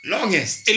Longest